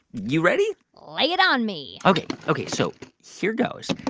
you ready? lay it on me ok, ok, so here goes.